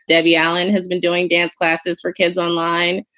debbie allen has been doing dance classes for kids online.